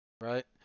Right